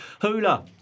Hula